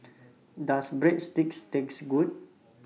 Does Breadsticks Taste Good